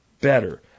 better